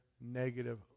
negative